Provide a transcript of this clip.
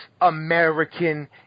American